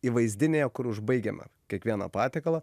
įvaizdinėje kur užbaigiama kiekvieną patiekalą